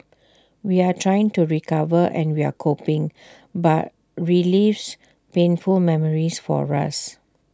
we're trying to recover and we're coping but relives painful memories for us